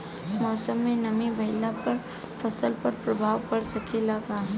मौसम में नमी भइला पर फसल पर प्रभाव पड़ सकेला का?